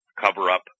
cover-up